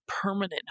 permanent